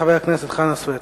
חבר הכנסת חנא סוייד.